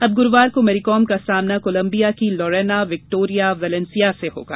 अब गुरूवार को मेरी कॉम का सामना कोलंबिया की लोरेना विक्टोंरिया वेलेंसिया से होगा